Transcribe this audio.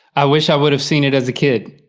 i wish i would have seen it as a kid.